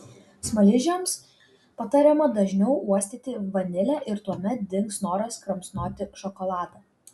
smaližiams patariama dažniau uostyti vanilę ir tuomet dings noras kramsnoti šokoladą